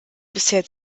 bisher